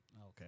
Okay